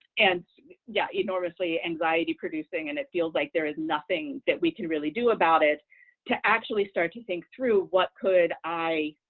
and yeah, enormously anxiety-producing and it feels like there is nothing that we can really do about it to actually start to think through what could i,